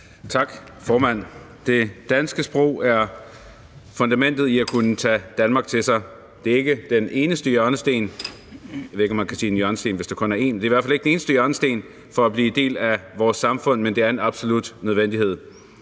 Tak, formand. Det danske sprog er fundamentet for at kunne tage Danmark til sig. Det er ikke den eneste hjørnesten – jeg ved ikke, om man kan tale om en hjørnesten, hvis der kun er en – for at blive en del af vores samfund, men det er en absolut nødvendighed.